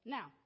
Now